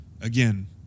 again